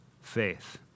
faith